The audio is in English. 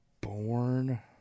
born